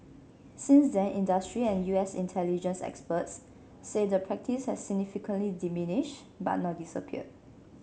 since then industry and U S intelligence experts say the practice has significantly diminished but not disappeared